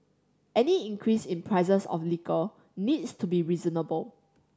any increase in prices of liquor needs to be reasonable